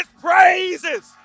praises